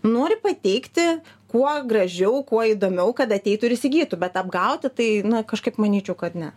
nori pateikti kuo gražiau kuo įdomiau kad ateitų ir įsigytų bet apgauti tai na kažkaip manyčiau kad ne